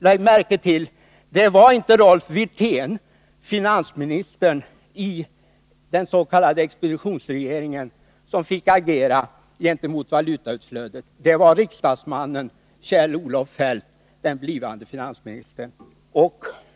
Lägg märke till att det inte var Rolf Wirtén, finansministern i den s.k. expeditionsregeringen, som fick agera i fråga om valutautflödet. Det var riksdagsmannen Kjell-Olof Feldt, den blivande finansministern.